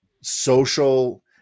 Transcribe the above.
social